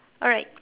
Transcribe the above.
alright